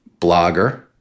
blogger